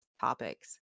topics